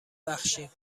بخشیم